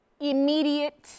immediate